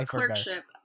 Clerkship